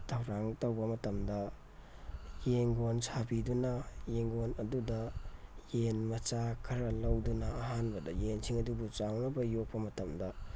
ꯊꯧꯔꯥꯡ ꯇꯧꯕ ꯃꯇꯝꯗ ꯌꯦꯟꯒꯣꯟ ꯁꯥꯕꯤꯗꯨꯅ ꯌꯦꯟꯒꯣꯟ ꯑꯗꯨꯗ ꯌꯦꯟ ꯃꯆꯥ ꯈꯔ ꯂꯧꯗꯨꯅ ꯑꯍꯥꯟꯕꯗ ꯌꯦꯟꯁꯤꯡ ꯑꯗꯨꯕꯨ ꯆꯥꯎꯅꯕ ꯌꯣꯛꯄ ꯃꯇꯝꯗ